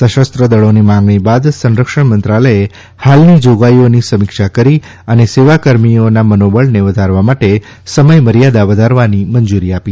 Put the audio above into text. સશસ્ત્રદળોની માંગણી બાદ સંરક્ષણ મંત્રાલયે હાલના પ્રાવધાનની સમીક્ષા કરી અને સેવાકર્મીઓના મનોબળને વધારવા માટે સમયમર્યાદા વધારવાની મંજૂરી આપી